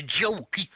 joke